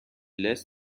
less